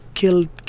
killed